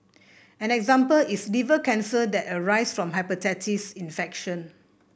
an example is liver cancer that arises from hepatitis infection